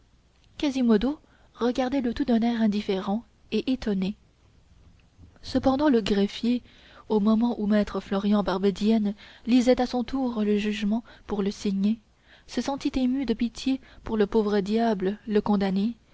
quasimodo regardait le tout d'un air indifférent et étonné cependant le greffier au moment où maître florian barbedienne lisait à son tour le jugement pour le signer se sentit ému de pitié pour le pauvre diable de